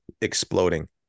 exploding